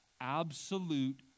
absolute